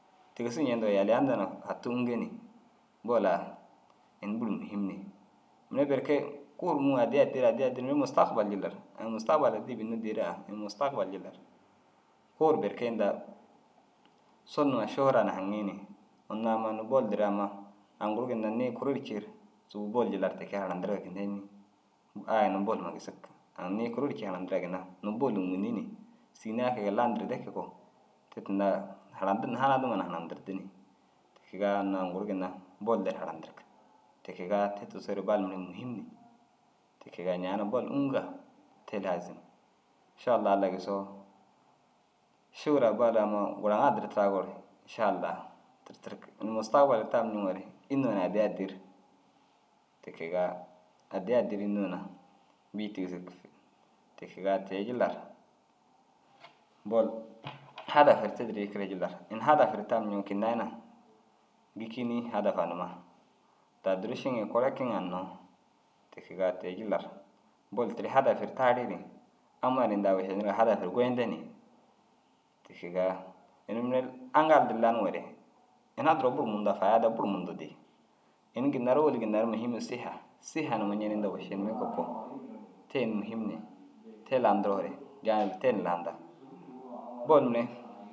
Tigisu centigo yaliya ndaa na fati ûŋge ni bol a ini buru muhim ni. Mire berke kuu ru mûuŋo addii addii ru addii addi ru ini mustagbal jillar ini mustagbal jillar kuu ru berke inda suru numa šuu raa na haŋii ni. Unnu amma unnu bol du ru amma aŋ guru ginna nii kuri ru cii ru sôbou boluu jillar ti ke ru harandirigaa înni? Ai unnu bolumaa gisig. Aŋ nii kuri ru ciŋa na hanadiriga ginna nuŋu bol ûŋunni ni ai kege landirde kege koo te tinda harandir ni haradima na harandirdi ni. Te kegaa unnu aŋ guru ginna bolde ru harandirig. Te kegaa te tigisoore bol mire muhim ni te kegaa ñaana bol ûŋugaa te laazim. Šillaha Allai gisoo šuuraa bol amma gura ŋa dirtiraa gor šallaha tirtirig. Ini mustagbal taar niŋore înni yoo na addii addii ru. Ti kegaa addii addii ru înni yoo na bîyi tigisig. Ti kegaa te- u jillar bol hadafu ru tidir jikire jillar ini hadafu ru tam ñiŋa kina i na gîkinii hadaf ai numa. Daa durušiŋii korakiŋe hinnoo. Ti kegaa te- i jillar bol teere hadaf ru tarii ni amma ru ini daa wošeniri ŋa hadafu ru goyinde ni. Ti kegaa ini mire aŋgal du lanuŋore ina duro buru mundu faada buru mundu dii. Ini ginna ru ôwel ru muhima siha, siha numa ñen inda wošinimme kogoo te ini muhim ni te landiroore gaayib te ni landaa. Bol mire